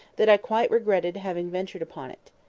that i quite regretted having ventured upon it.